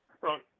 Right